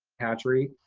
hatchery.